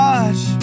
Watch